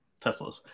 Teslas